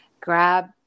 grab